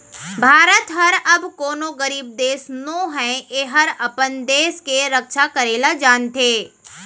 भारत हर अब कोनों गरीब देस नो हय एहर अपन देस के रक्छा करे ल जानथे